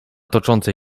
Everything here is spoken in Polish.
toczącej